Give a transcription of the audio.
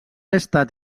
estat